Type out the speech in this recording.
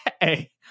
hey